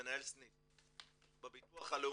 כלומר אנחנו הווייז --- מניסיון של חיפוש באתר הביטוח הלאומי,